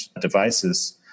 devices